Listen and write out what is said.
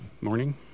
morning